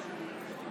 פז.